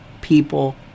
people